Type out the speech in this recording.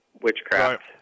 witchcraft